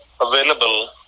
available